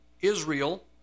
Israel